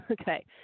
Okay